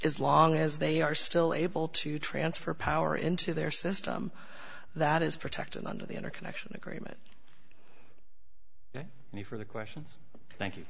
as long as they are still able to transfer power into their system that is protected under the interconnection agreement and you for the questions thank you